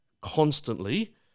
constantly